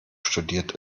studiert